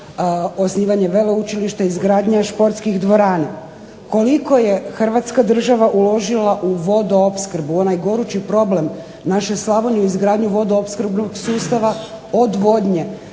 osnivanje veleučilišta, izgradnja športskih dvorana. Koliko je Hrvatska država uložila u vodoopskrbu, u onaj gorući problem naše Slavonije u izgradnji vodoopskrbnog sustava odvodnje.